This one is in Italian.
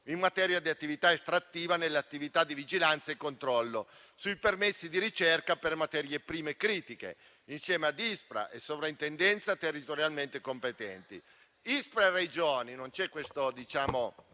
in materia di attività estrattiva nelle attività di vigilanza e controllo sui permessi di ricerca per materie prime critiche, insieme all'ISPRA e alle sovraintendenze territorialmente competenti. Tra l'ISPRA e le Regioni non c'è questo divario